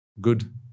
good